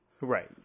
right